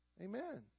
Amen